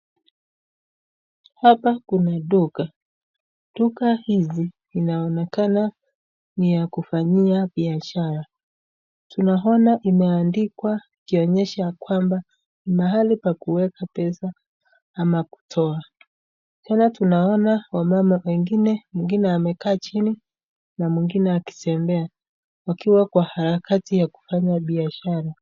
Hapa kuna duka, duka hizi inaonekana ni ya kufanyia biashara, tunaona imeandikwa ikionyeshwa ya kwamba ni mahali pa kuweka pesa ama kutoa. Tena tunaona wamama wengine, mwingine amekaa chini na mwingine akitembea wakiwa kwenye harakati ya kufanya biashara.